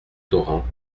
torrents